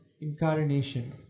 incarnation